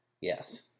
yes